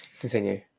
Continue